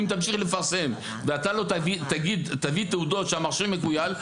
אם תמשיך לפרסם ואתה לא תביא תעודות שהמכשיר מכויל,